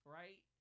right